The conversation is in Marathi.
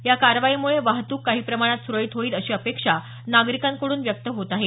या कारवाईमुळे वाहतूक काही प्रमाणात सुरळीत होईल अशी अपेक्षा नागरिकांकडून व्यक्त होत आहे